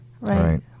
Right